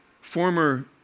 former